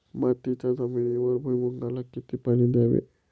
मातीच्या जमिनीवर भुईमूगाला किती पाणी द्यावे?